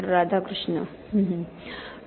राधाकृष्ण हसतात डॉ